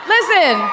Listen